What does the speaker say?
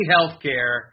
Healthcare